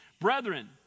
Brethren